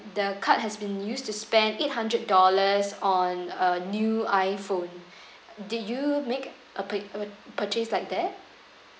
the card has been used to spend eight hundred dollars on a new iPhone did you make a pick uh purchase like that